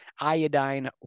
Iodine